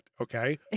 Okay